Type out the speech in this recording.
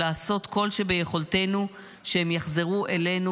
לעשות כל שביכולתנו שהם יחזרו אלינו,